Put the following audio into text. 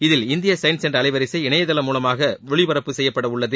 இதில் இந்திய சயின்ஸ் என்ற அலைவரிசை இணையதளம் மூலமாக ஒளிபரப்பு செய்யப்பட உள்ளது